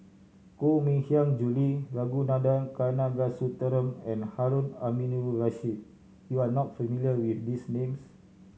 Koh Mui Hiang Julie Ragunathar Kanagasuntheram and Harun Aminurrashid you are not familiar with these names